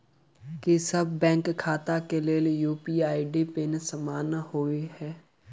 की सभ बैंक खाता केँ लेल यु.पी.आई पिन समान होइ है?